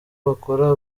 bakora